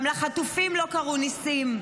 גם לחטופים לא קרו ניסים,